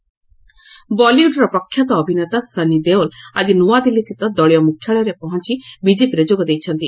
Sunny Deol BJP ବଲିଉଡ୍ର ପ୍ରଖ୍ୟାତ ଅଭିନେତା ସନି ଦେଓଲ ଆକି ନୂଆଦିଲ୍ଲୀସ୍ଥିତ ଦଳୀୟ ମୁଖ୍ୟାଳୟରେ ପହଞ୍ଚ ବିଜେପିରେ ଯୋଗ ଦେଇଛନ୍ତି